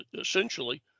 essentially